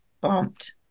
bumped